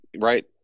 Right